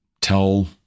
tell